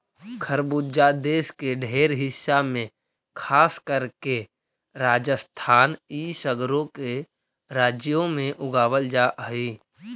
खरबूजा देश के ढेर हिस्सा में खासकर के राजस्थान इ सगरो के राज्यों में उगाबल जा हई